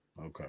Okay